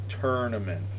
tournament